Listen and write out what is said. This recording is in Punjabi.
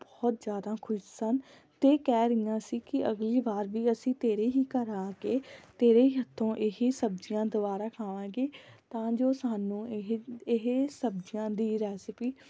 ਬਹੁਤ ਜ਼ਿਆਦਾ ਖੁਸ਼ ਸਨ ਅਤੇ ਕਹਿ ਰਹੀਆਂ ਸੀ ਕਿ ਅਗਲੀ ਵਾਰ ਵੀ ਅਸੀਂ ਤੇਰੇ ਹੀ ਘਰ ਆ ਕੇ ਤੇਰੇ ਹੱਥੋਂ ਇਹੀ ਸਬਜ਼ੀਆਂ ਦੁਬਾਰਾ ਖਾਵਾਂਗੇ ਤਾਂ ਜੋ ਸਾਨੂੰ ਇਹ ਇਹ ਸਬਜ਼ੀਆਂ ਦੀ ਰੈਸਪੀ